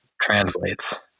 translates